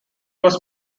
was